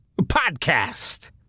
podcast